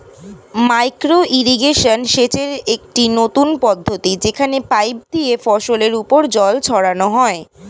micro irrigation সেচের একটি নতুন পদ্ধতি যেখানে পাইপ দিয়ে ফসলের উপর জল ছড়ানো হয়